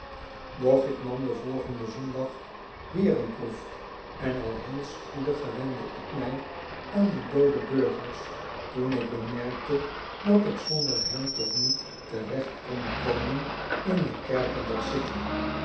ik nam den volgenden zondag weer een proef en al heel spoedig gewende ik mij aan die doode burgers toen ik bemerkte dat ik zonder ben toch niet te recht kon komen in de kerken der city